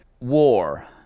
war